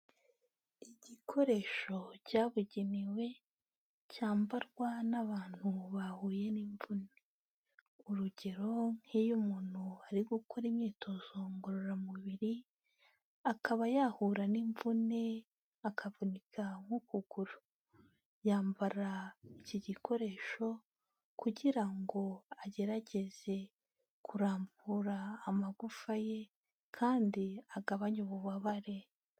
Igikoresho cyabugenewe cyambarwa n'abantu bahuye n'imvune, urugero nk'iyo umuntu ari gukora imyitozo ngororamubiri akaba yahura n'imvune akavunika nk'ukuguru, yambara iki gikoresho kugira ngo agerageze kurambura amagufa ye, kandi agabanye ububabare.